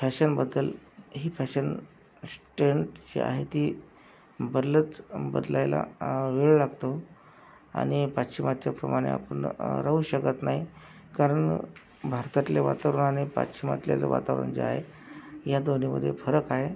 फॅशनबद्दल ही fashion stunt जी आहे ती बदलच बदलायला वेळ लागतो आणि पाश्चिमात्यप्रमाणे आपण राहू शकत नाही कारण भारतातल्या वातावरणाने पाश्चिमात्यला जे वातावरण जे आहे या दोन्हीमध्ये फरक आहे